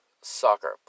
Soccer